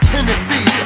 Tennessee